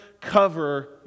cover